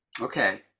Okay